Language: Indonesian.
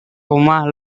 rumah